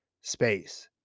space